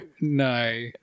No